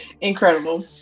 Incredible